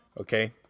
okay